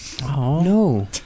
No